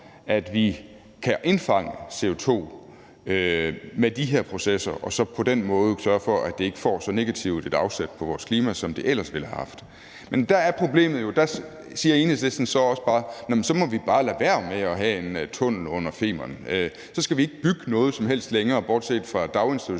at vi kan indfange CO2 med de her processer, og så på den måde sørge for, at det ikke får så negativt et aftryk på vores klima, som det ellers ville have haft. Men der er problemet jo, at Enhedslisten bare siger: Jamen så må vi bare lade være med at have en tunnel under Femern Bælt. Så skal vi ikke bygge noget som helst længere bortset fra daginstitutioner,